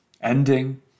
ending